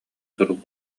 сурук